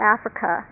Africa